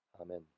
Amen